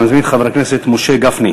אני מזמין את חבר הכנסת משה גפני.